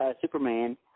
Superman